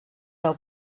veu